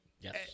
Yes